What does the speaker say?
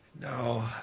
no